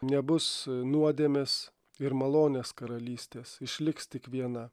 nebus nuodėmės ir malonės karalystės išliks tik viena